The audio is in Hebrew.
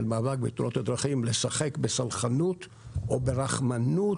מאבק בתאונות הדרכים לשחק בסלחנות או ברחמנות